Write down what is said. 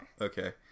okay